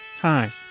Hi